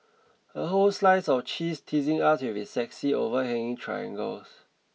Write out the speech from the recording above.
a whole slice of cheese teasing us with its sexy overhanging triangles